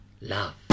Love